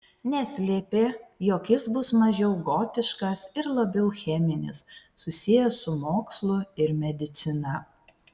neslėpė jog jis bus mažiau gotiškas ir labiau cheminis susijęs su mokslu ir medicina